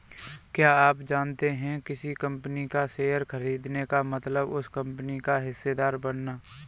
क्या आप जानते है किसी कंपनी का शेयर खरीदने का मतलब उस कंपनी का हिस्सेदार बनना?